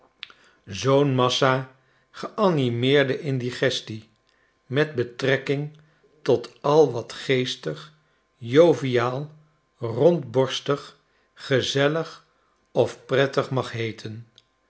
zoo'n massa geanimeerde indigestie met betrekking tot al wat geestig joviaal rondborstig gezellig of prettig mag heeten